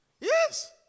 Yes